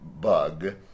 bug